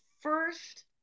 first